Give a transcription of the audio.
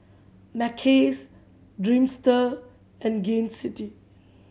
Mackays Dreamster and Gain City